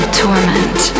torment